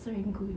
serangoon